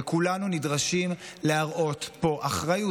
וכולנו נדרשים להראות פה אחריות.